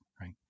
Right